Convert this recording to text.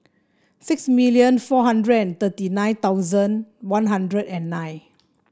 six million four hundred and thirty nine thousand One Hundred and nine